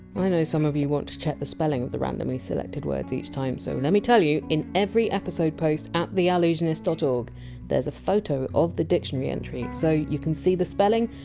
i know some of you want to check the spelling of the randomly selected words each time, so let me tell you, in every episode post at theallusionist dot org there! s a photo of the dictionary entry so you can see the spelling,